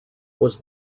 was